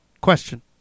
Question